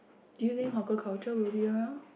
do you think hawker culture will be around